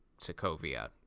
Sokovia